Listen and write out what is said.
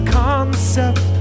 concept